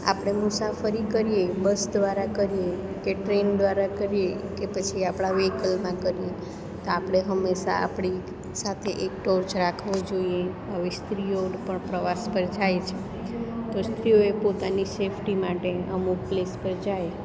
આપણે મુસાફરી કરીએ બસ દ્વારા કરીએ કે ટ્રેન દ્વારા કરીએ કે પછી આપણા વ્હીકલમાં કરીએ તો આપણે હંમેશાં આપણી સાથે એક ટોર્ચ રાખવો જોઈએ હવે સ્ત્રીઓ પણ પ્રવાસ પર જાય છે તો સ્ત્રીઓએ પોતાની સેફ્ટી માટે અમુક પ્લેસ પર જાય